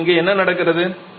இப்போது இங்கே என்ன நடக்கிறது